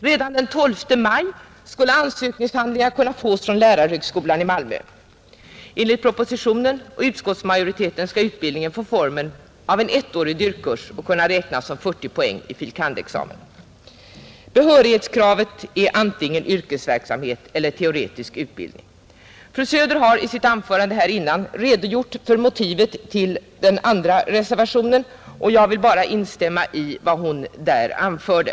Redan den 12 maj skulle ansökningshandlingar kunna erhållas från lärarhögskolan i Malmö, Enligt propositionen och utskottsmajoriteten skall utbildningen få formen av en ettårig dyrk-kurs och kunna räknas som 40 poäng i filosofie kandidatexamen. Behörighetskravet är antingen yrkesverksamhet eller teoretisk utbildning. Fru Söder har här redan före mig redogjort för motivet till den andra reservationen, och jag vill nu bara instämma i vad hon anförde.